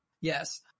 Yes